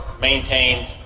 maintained